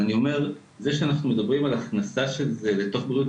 זה שאנחנו מדברים על הכנסה של זה לבריאות